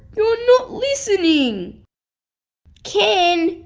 you're not listening ken,